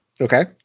Okay